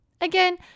Again